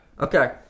okay